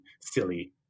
silly